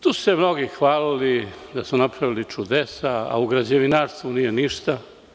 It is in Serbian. Tu su se mnogi hvalili da su napravili čudesa, a u građevinarstvu nije ništa.